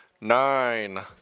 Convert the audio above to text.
nine